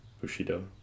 Bushido